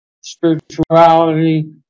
spirituality